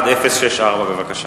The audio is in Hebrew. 1064, בבקשה.